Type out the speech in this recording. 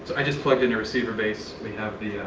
i just plugged in a receiver base. we have the